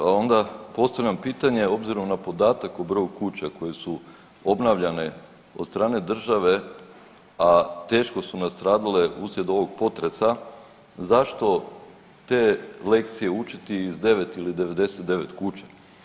A onda postavljam pitanje obzirom na podatak o broju kuća koje su obnavljane od strane države, a teško su nastradale uslijed ovog potresa zašto te lekcije učiti iz 9 ili 99 kuća?